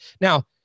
now